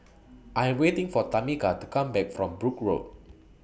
I Am waiting For Tameka to Come Back from Brooke Road